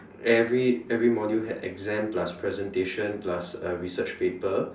every every module had exam plus presentation plus uh research paper